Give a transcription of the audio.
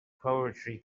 poetry